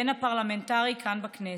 והן הפרלמנטרי, כאן בכנסת.